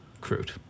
Crude